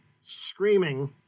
screaming